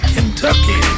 Kentucky